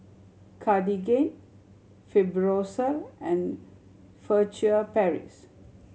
Cartigain Fibrosol and Furtere Paris